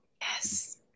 Yes